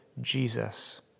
Jesus